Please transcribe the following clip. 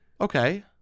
Okay